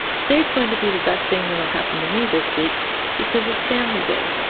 today's going to be the best thing that'll happen to me this week because it's family day,